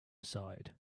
aside